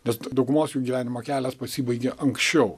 nes daugumos jų gyvenimo kelias pasibaigė anksčiau